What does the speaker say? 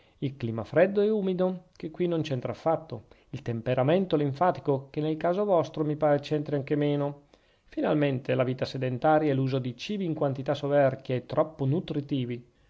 il clima freddo e umido che qui non c'entra affatto il temperamento linfatico che nel caso vostro mi pare c'entri anche meno finalmente la vita sedentaria e l'uso di cibi in quantità soverchia e troppo nutritivi